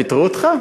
פיטרו אותך?